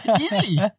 Easy